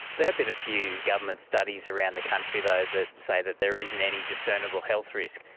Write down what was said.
there have been a few government studies around the country though that say that there isn't any discernible health risk.